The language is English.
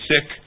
sick